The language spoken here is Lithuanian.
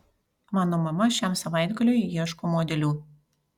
mano mama šiam savaitgaliui ieško modelių